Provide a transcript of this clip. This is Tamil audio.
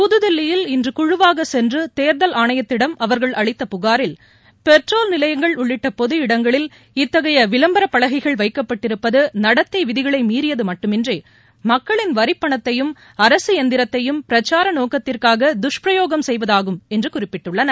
புதுதில்லியில் இன்று குழுவாக சென்று தேர்தல் ஆணையத்திடம் அவர்கள் அளித்த புகாரில் பெட்ரோல் நிலையங்கள் உள்ளிட்ட பொது இடங்களில் இத்தகைய விளம்பரப் பலகைகள் வைக்கப்பட்டிருப்பது நடத்தை விதிகளை மீறியது மட்டுமின்றி மக்களின் வரிப்பணத்தையும் அரசு எந்திரத்தையும் பிரச்சார நோக்கத்திற்காக துஷ்பிரயோகம் செய்வது ஆகும் என்று குறிப்பிட்டுள்ளனர்